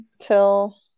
Till